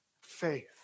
faith